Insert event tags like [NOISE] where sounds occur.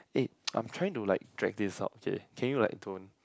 eh [NOISE] I'm trying to like drag this out okay can you like don't